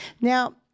Now